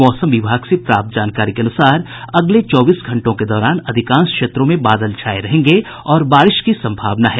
मौसम विभाग से प्राप्त जानकारी के अनुसार अगले चौबीस घंटों के दौरान अधिकांश क्षेत्रों में बादल छाये रहेंगे और बारिश की संभावना है